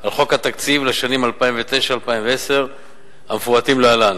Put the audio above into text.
על חוק התקציב לשנים 2009 2010 המפורטים להלן: